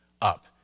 up